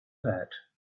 that